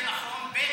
זה נכון, ב.